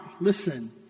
listen